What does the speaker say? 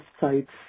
sites